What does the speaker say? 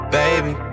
baby